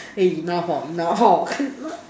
hey enough hor enough hor